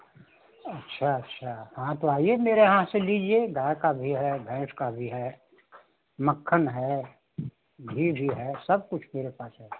अच्छा अच्छा हाँ तो आईए मेरे यहाँ से लीजिए गाय का भी है भैंस का भी है मक्खन है घी भी है सब कुछ मेरे पास है